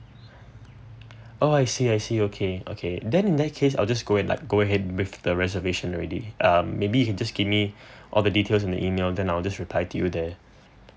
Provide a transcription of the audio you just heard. oh I see I see okay okay then in that case I'll just go and like go ahead with the reservation already uh maybe just give me all the details in the email then I'll just reply to you there